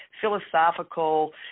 philosophical